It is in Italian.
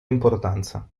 importanza